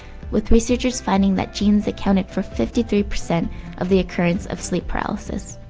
with researchers finding that genes accounted for fifty three percent of the occurrence of sleep paralysis.